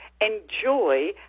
enjoy